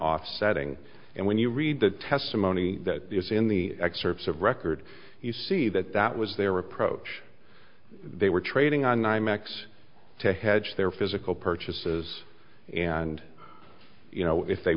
offsetting and when you read the testimony that is in the excerpts of record you see that that was their approach they were trading on nymex to hedge their physical purchases and you know if they